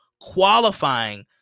qualifying